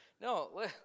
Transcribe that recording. No